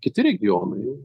kiti regionai